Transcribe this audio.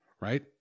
right